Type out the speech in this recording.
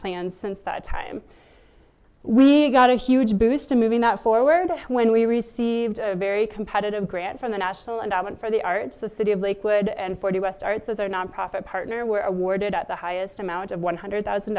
plans since that time we got a huge boost to moving that forward when we received a very competitive grant from the national endowment for the arts the city of lakewood and forty west arts as our non profit partner were awarded at the highest amount of one hundred thousand